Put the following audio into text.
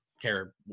care